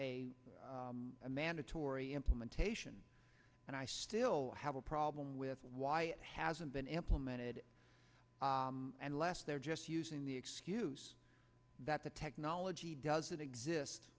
a mandatory implementation and i still have a problem with why it hasn't been implemented and less they're just using the excuse that the technology doesn't exist